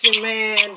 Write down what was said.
man